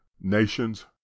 nations